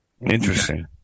Interesting